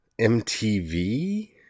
MTV